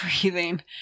breathing